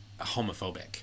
homophobic